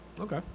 Okay